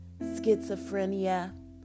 schizophrenia